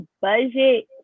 budget